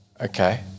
Okay